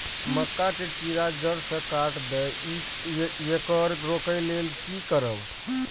मक्का के कीरा जड़ से काट देय ईय येकर रोके लेल की करब?